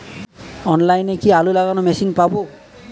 অনলাইনে কি আলু লাগানো মেশিন পাব?